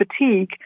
fatigue